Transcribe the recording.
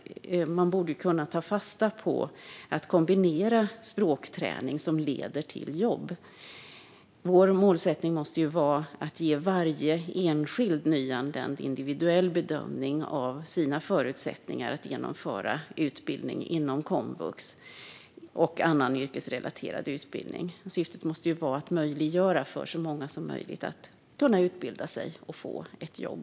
Man borde kunna ta fasta på att kombinera med språkträning som leder till jobb. Vår målsättning måste vara att ge varje enskild nyanländ individuell bedömning av förutsättningarna att genomföra utbildning inom komvux och annan yrkesrelaterad utbildning. Syftet måste vara att möjliggöra för så många som möjligt att utbilda sig och få ett jobb.